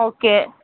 okay